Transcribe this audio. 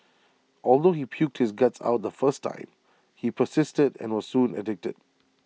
although he puked his guts out the first time he persisted and was soon addicted